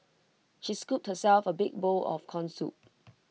she scooped herself A big bowl of Corn Soup